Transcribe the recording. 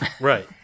Right